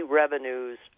revenues